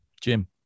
Jim